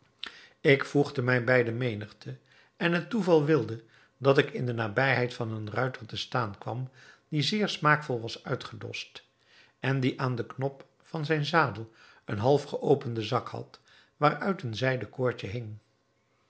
ik voegde mij bij de menigte en het toeval wilde dat ik in de nabijheid van een ruiter te staan kwam die zeer smaakvol was uitgedost en die aan den knop van zijn zadel een half geopenden zak had waaruit een zijden koordje